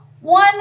one